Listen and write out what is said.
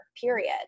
period